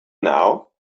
now